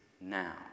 now